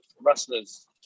wrestlers